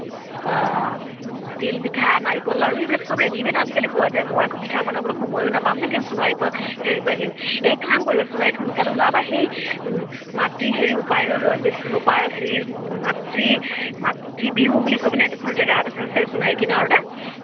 অঁ তিল পিঠা নাৰিকল লাৰু এইবিলাক সব ৰেডিমেড আজিকালি পোৱা যায় মই আকৌ পিঠা বনাবলৈ সময়ো নাপাম যে একদম সোণাৰীৰ পৰা হেৰি পৰা কিনিম এই কাম কৰিব সোণাৰীটো সোনকালে ওলাবা সেই মাতৃ হেৰি উপায় লৈ উপায় হেৰি মাতৃ মাতৃ বিহু বুলি কৈ পিনে এডোখৰ জেগা এডোখৰ আছে সোণাৰী কিনাৰতে